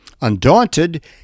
Undaunted